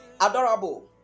adorable